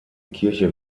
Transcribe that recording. kirche